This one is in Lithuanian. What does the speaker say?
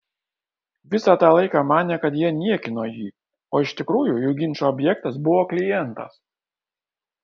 visą tą laiką manė kad jie niekino jį o iš tikrųjų jų ginčo objektas buvo klientas